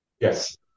Yes